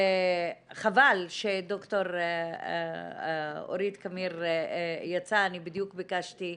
חבל שד"ר אורית קמיר יצאה, אני בדיוק ביקשתי,